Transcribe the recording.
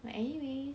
but anyway